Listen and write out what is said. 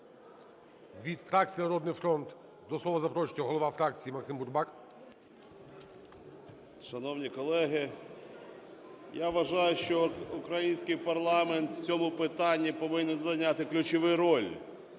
Від фракції "Народний фронт" до слова запрошується голова фракції Максим Бурбак. 13:54:02 БУРБАК М.Ю. Шановні колеги, я вважаю, що український парламент в цьому питанні повинен зайняти ключову роль,